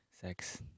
sex